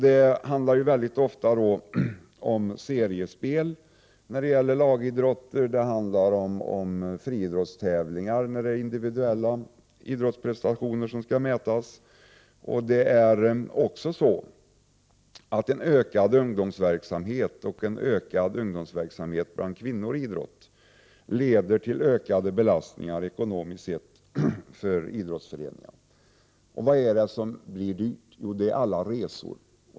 Det handlar för lagidrotternas del mycket ofta om seriespel, och det handlar om friidrottstävlingar när det är fråga om individuella idrottsprestationer. En ökad ungdomsverksamhet, speciellt när det gäller kvinnlig idrott, leder till en ökad ekonomisk belastning för idrottsföreningar. Vad är det som blir dyrt? Jo, det är alla resor.